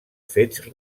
fets